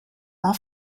war